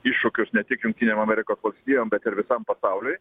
iššūkius ne tik jungtinėm amerikos valstijom bet ir visam pasauliui